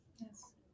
Yes